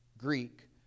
Greek